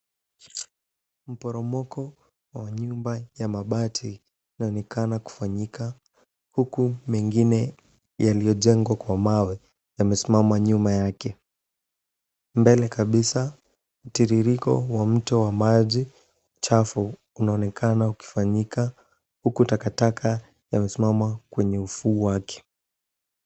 Mporomoko wa nyumba ya mabati inaonekana kufanyika huku mengine yaliyojengwa kwa mawe yamesimama nyuma yake. Mbele kabisa mtiririko wa mto wa maji chafu unaonekana ukifanyika huku takataka yamesimama kwenye ufuo wake.